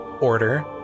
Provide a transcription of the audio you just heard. order